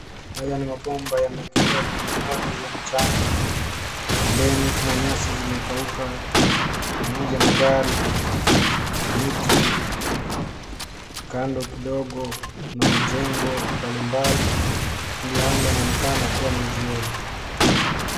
Haya ni mapomba yameekelewa kwenye aridhi ya mchanga, pembeni kuna nyasi zimekauka pamoja na gari na miti kando kidogo kuna majengo mbali mbali hali ya angaa unaonekana ni ya jioni.